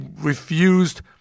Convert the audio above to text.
refused